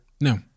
No